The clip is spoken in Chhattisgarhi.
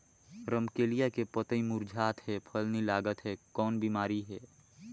रमकलिया के पतई मुरझात हे फल नी लागत हे कौन बिमारी हे?